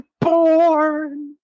born